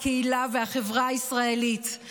הקהילה והחברה הישראלית.